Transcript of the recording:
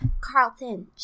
carlton